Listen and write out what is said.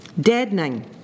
deadening